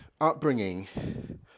upbringing